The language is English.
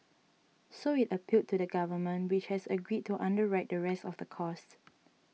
so it appealed to the Government which has agreed to underwrite the rest of the cost